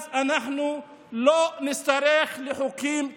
אז אנחנו לא נצטרך חוקים כאלה.